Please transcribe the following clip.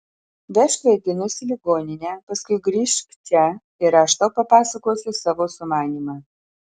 vežk vaikinus į ligoninę paskui grįžk čia ir aš tau papasakosiu savo sumanymą